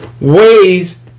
weighs